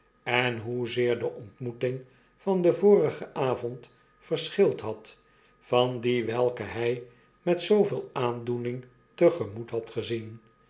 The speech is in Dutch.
en hoezeer de ontmoeting van den vorigen avond verschild had van die welke hij met zooveel aandoe ning te gemoet had gezien